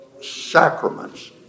sacraments